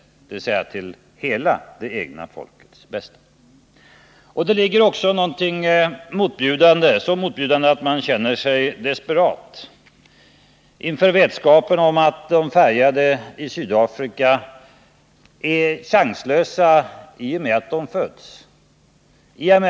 Det ligger också något motbjudande — så motbjudande att man känner sig desperat — i att de icke vita i Sydafrika är chanslösa redan när de föds.